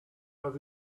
does